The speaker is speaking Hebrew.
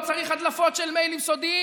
לא צריך הדלפות של מיילים סודיים,